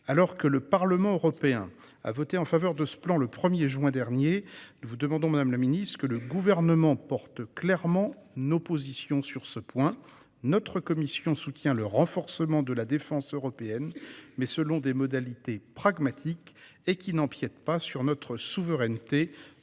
Alors que le Parlement européen a voté en faveur de ce plan le 1 juin dernier, nous vous demandons, madame la secrétaire d'État, que le Gouvernement défende clairement nos positions sur ce point. Notre commission soutient le renforcement de la défense européenne, mais selon des modalités pragmatiques qui n'empiètent pas sur notre souveraineté dans ce